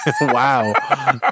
Wow